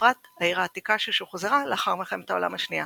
ובפרט העיר העתיקה ששוחזרה לאחר מלחמת העולם השנייה